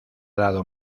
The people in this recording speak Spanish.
dado